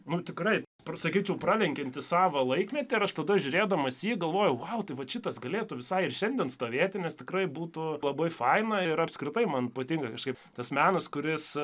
nu tikrai pasakyčiau pralenkiantis savą laikmetį ir aš tada žiūrėdamas į jį galvojau vau tai vat šitas galėtų visai ir šiandien stovėti nes tikrai būtų labai faina ir apskritai man patinka kaip tas menas kuris